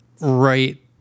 right